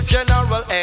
General